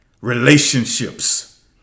relationships